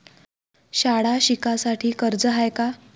शाळा शिकासाठी कर्ज हाय का?